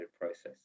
process